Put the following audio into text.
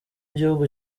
gihugu